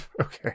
Okay